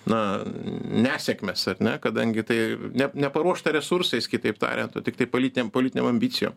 na nesėkmes ar ne kadangi tai ne neparuoštą resursais kitaip tariant o tiktai politinėm politinėm ambicijom